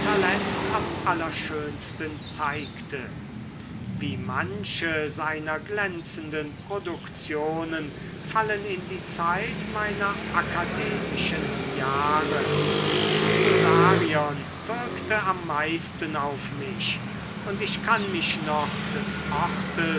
am allerschönsten zeigte wie manche seiner glänzenden produktionen fallen in die zeit meiner akademischen jahre musarion wirkte am meisten auf mich und ich kann mich noch des